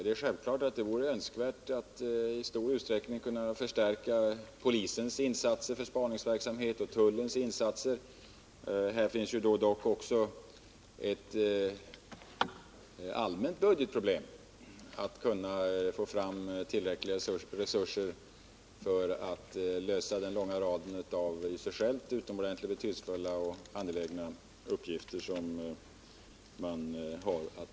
Naturligtvis vore det önskvärt att i stor utsträckning kunna förstärka polisens och tullens insatser för spaningsverksamheten, men här finns också ett allmänt budgetproblem när det gäller att få fram tillräckliga resurser för att klara den långa rad av i sig utomordentligt betydelsefulla och angelägna uppgifter som man har att hantera.